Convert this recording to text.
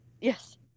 yes